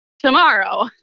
Tomorrow